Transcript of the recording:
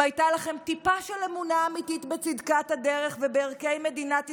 אם הייתה לכם טיפה של אמונה אמיתית בצדקת הדרך ובערכי מדינת ישראל,